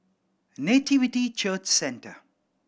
Nativity Church Centre